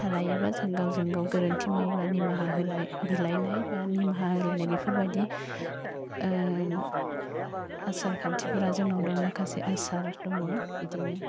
थालायोबा जों गावजोंगाव गोरोन्थि मावब्ला निमाहा होलाय बिलायनाय बा निमाहा होलायनाय बेफोरबायदि ओह आसार खान्थिफोरा जोंनाव दं माखासे आसार दङ बिदिनो